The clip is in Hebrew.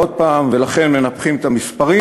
ולכן מנפחים את המספרים,